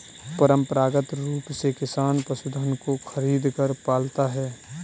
परंपरागत रूप से किसान पशुधन को खरीदकर पालता है